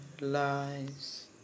lies